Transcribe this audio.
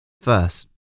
First